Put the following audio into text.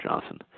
Johnson